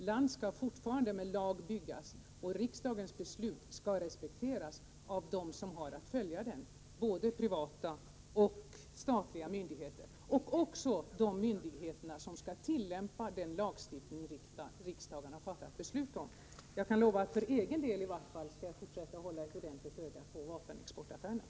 Land skall fortfarande med lag byggas, och riksdagens beslut skall respekteras av dem som har att följa besluten, både privata företag och statliga myndigheter — också de myndigheter som skall tillämpa den lagstiftning som riksdagen har fattat beslut om. Jag kan lova att jag för egen del i varje fall skall fortsätta att hålla ett ordentligt öga på vapenexportaffärerna.